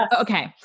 Okay